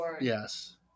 yes